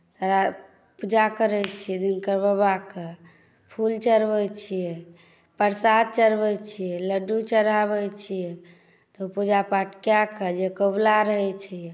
इएह पूजा करैत छियै दिनकर बाबाकेँ फूल चढ़बैत छियै प्रसाद चढ़बैत छियै लड्डू चढ़ाबैत छियै तऽ पूजा पाठ कय कऽ जे कबुला रहैत छै